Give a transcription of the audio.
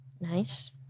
Nice